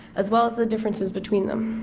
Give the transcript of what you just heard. as well as the differences between them.